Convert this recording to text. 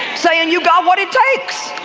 saying you got what it takes,